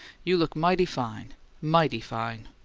you look mighty fine mighty fine!